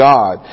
God